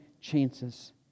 chances